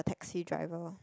a taxi driver